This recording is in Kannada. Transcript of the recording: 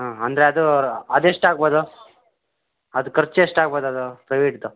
ಹಾಂ ಅಂದರೆ ಅದು ಅದೆಷ್ಟು ಆಗ್ಬೌದು ಅದು ಖರ್ಚು ಎಷ್ಟು ಆಗ್ಬೌದು ಅದು ಪ್ರವೀಟ್ದು